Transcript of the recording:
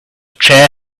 chair